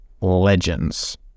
legends